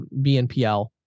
BNPL